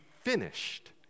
finished